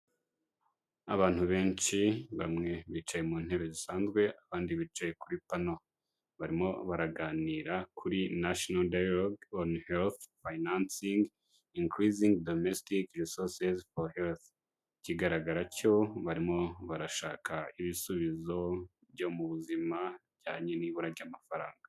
Abantu benshi, bamwe bicaye mu ntebe zisanzwe abandi bicaye kuri pano. Barimo baraganira kuri National Dialogue on Health Financing Increasing Domestic Resources for Health. Ikigaragara cyo barimo barashaka ibisubizo byo mu buzima bijyanye n'ibura ry'amafaranga.